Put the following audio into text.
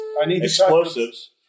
explosives